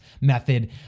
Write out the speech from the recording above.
method